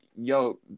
yo